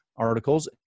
articles